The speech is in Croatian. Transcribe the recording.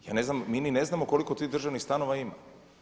Mi ni ne znamo koliko tih državnih stanova ima.